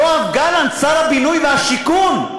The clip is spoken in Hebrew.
יואב גלנט, שר הבינוי והשיכון,